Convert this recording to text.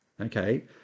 okay